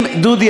דודי,